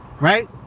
right